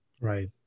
Right